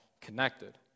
connected